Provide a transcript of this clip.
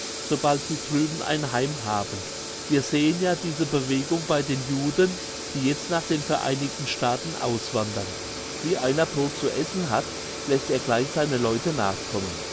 sobald sie drüben ein heim haben wir sehen ja diese bewegung bei den juden die jetzt nach den vereinigten staaten auswandern wie einer brot zu essen hat lässt er gleich seine leute nachkommen